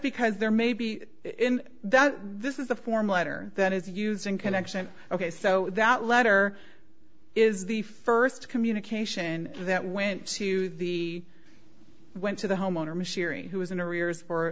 because there may be that this is a form letter that is using connection ok so that letter is the first communication that went to the went to the homeowner machinery who was in arrears for